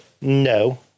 No